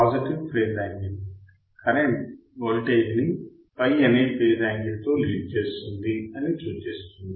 positive phase angle current voltage ని Phi అనే phase angle తో లీడ్ చేస్తుంది అని సూచిస్తుంది